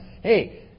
Hey